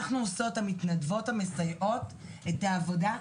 אנחנו עושות, המתנדבות, המסייעות, את העבודה.